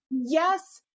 Yes